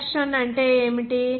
conduction అంటే ఏమిటి